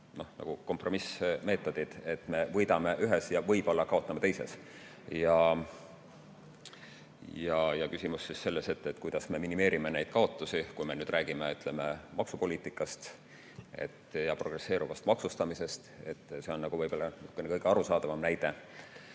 ongi kompromissmeetodid, et me võidame ühes ja võib-olla kaotame teises. Küsimus on selles, kuidas me minimeerime neid kaotusi, kui me räägime maksupoliitikast ja progresseeruvast maksustamisest. See on ehk kõige arusaadavam näide